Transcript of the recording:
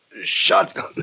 Shotgun